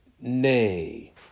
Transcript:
Nay